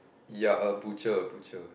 ya a butcher butcher